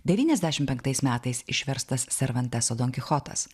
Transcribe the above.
devyniasdešimt penktais metais išverstas servanteso donkichotas